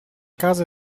casa